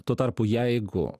tuo tarpu jeigu